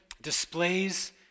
displays